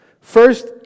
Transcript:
First